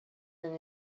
and